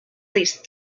least